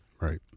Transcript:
Right